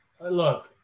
Look